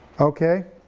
okay.